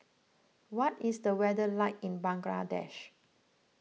what is the weather like in Bangladesh